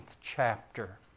chapter